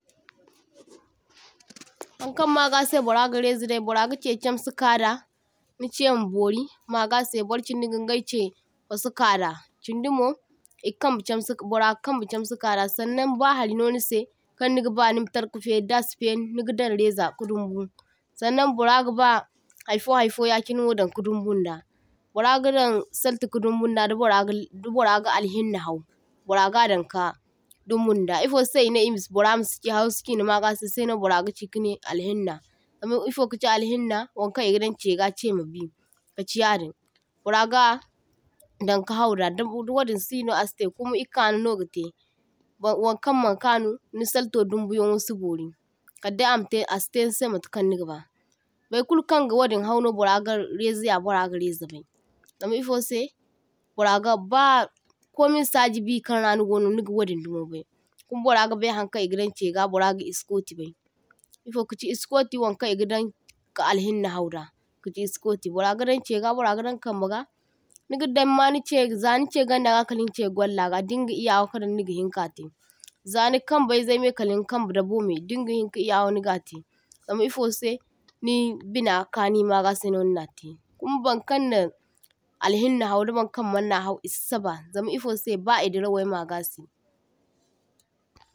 toh – toh Haŋkaŋ magase borage reza dai boraga che chamse kada niche ma bori magase borchindi gingaiche fasau kada, chindimo igi Kamba chamse boraga kambe chamse kada. saŋnaŋ ba harinonise kaŋnigaba nimatarka feri dasiferi niga daŋ rezam kadumbu, saŋnaŋ boragaba haifohaifo yachinewo daŋka dumbunda boragadaŋ salte kadumbunda dabora galal daboraga alhinni hau boragadaŋ ka dumbunda, ifose ine bora masi chi hausichine magase nobara gachi kane alhinna. zam ifo kachi alhinna waŋkaŋ igadaŋ chega chemabi, kachiyadin boraga daŋkahauda dawu dawadinsino asite, kuma ikano nogate baŋ waŋkaŋmaŋ kaŋu nisalto dumbuyaŋwo sibori kadde amate asite nise matekaŋ nigaba. Baikulkaŋ gawadin hauno baraga rezaya borage rezabai, zam ifose boraga ba komin sajibi kaŋra nigono niga wadindimo bai kum baragabai haŋkaŋ igadaŋ chega baraga iskotibai. Ifokachi iskoti waŋkaŋ igadaŋ ka alhinni hauda kachi iskoti, baragadaŋ chega, boragadaŋ kambaga nigadaŋma niche zaniche gaŋdaga kalin che gwallaga dinga iyawa kadaŋ nigihin kate zaŋi kambaizaime kalin Kamba dabo me, dingihinka iyawa negate, zam ifose nibina kani magase se nimate kumaa baŋkaŋna alhinni hau da baŋkaŋ maŋna hau isi saba zam ifose ba idirawai magase.